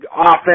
offense